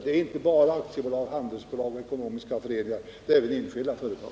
Det är inte bara aktiebolag, handelsbolag och ekonomiska föreningar som det här gäller. Det är även enskilda företag.